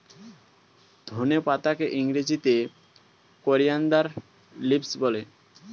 ধনে পাতাকে ইংরেজিতে কোরিয়ানদার লিভস বলে